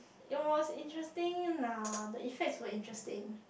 it was interesting lah the effects were interesting